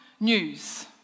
news